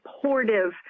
supportive